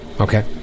Okay